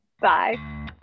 bye